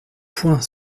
point